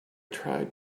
tried